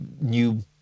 new